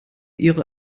ihre